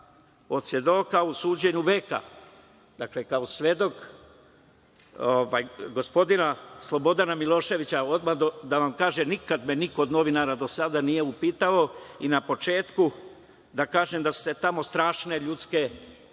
od svedoka u suđenju veka, kao svedok gospodina Slobodana Miloševića. Odmah da vam kažem, nikad me niko od novinara do sada nije upitao i na početku da kažem da su se tamo strašne ljudske sudbine